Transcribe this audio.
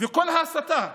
וכל ההסתה,